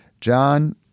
John